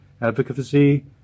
advocacy